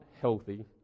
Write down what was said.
healthy